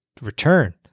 return